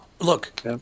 look